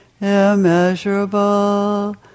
immeasurable